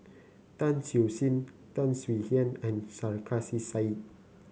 Tan Siew Sin Tan Swie Hian and Sarkasi Said